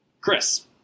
Chris